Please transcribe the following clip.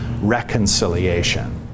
reconciliation